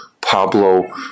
Pablo